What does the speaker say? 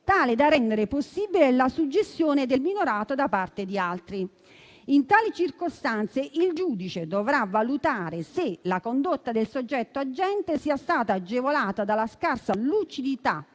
tale da rendere possibile la suggestione del minorato da parte di altri. In tali circostanze, il giudice dovrà valutare se la condotta del soggetto agente sia stata agevolata dalla scarsa lucidità